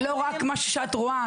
זה לא רק משהו שאת רואה.